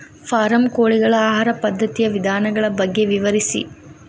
form ಕೋಳಿಗಳ ಆಹಾರ ಪದ್ಧತಿಯ ವಿಧಾನಗಳ ಬಗ್ಗೆ ವಿವರಿಸಿ